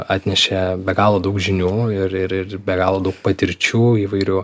atnešė be galo daug žinių ir ir ir be galo daug patirčių įvairių